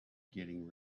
getting